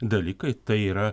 dalykai tai yra